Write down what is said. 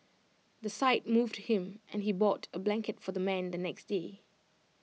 the sight moved him and he bought A blanket for the man the next day